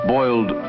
Boiled